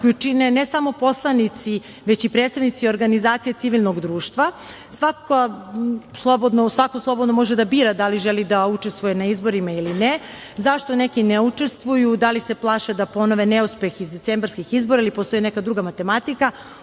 koju čine ne samo poslanici, već i predstavnici organizacija civilnog društva, i svako slobodno može da bira da li želi da učestvuje na izborima ili ne.Zašto neki ne učestvuju, da li se plaše da ponove neuspeh iz decembarskih izbora, ili postoji neka druga matematika